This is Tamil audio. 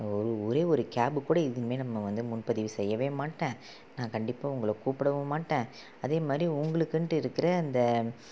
ஒரே ஒரு கேபு கூட இனிமேல் நம்ம வந்து முன் பதிவு செய்யவே மாட்டேன் நான் கண்டிப்பாக உங்களை கூப்பிடவும் மாட்டேன் அதேமாதிரி உங்களுக்குன்ட்டு இருக்கிற அந்த